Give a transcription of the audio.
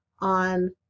On